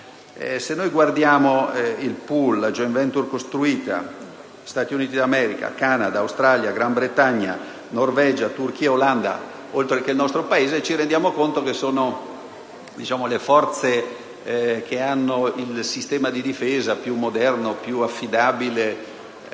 Se guardiamo il *pool*, la *joint venture* costituita da Stati Uniti d'America, Canada, Australia, Gran Bretagna, Norvegia, Turchia, Olanda, oltre al nostro Paese, ci rendiamo conto che sono le forze che hanno il sistema di difesa più moderno, più affidabile e più